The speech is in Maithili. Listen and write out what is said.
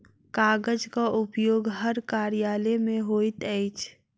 कागजक उपयोग हर कार्यालय मे होइत अछि